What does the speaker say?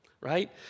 right